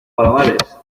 palomares